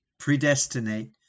Predestinate